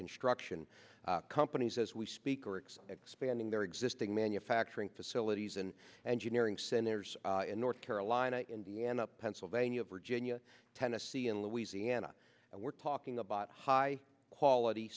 construction companies as we speak or it's expanding their existing manufacturing facilities and and you nearing send theirs in north carolina indiana pennsylvania virginia tennessee and louisiana and we're talking about high quality